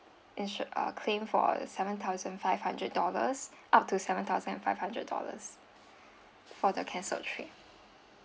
insur~ uh claim for a seven thousand five hundred dollars up to seven thousand and five hundred dollars for the cancelled trip